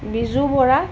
Biju Bora